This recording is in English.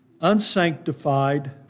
unsanctified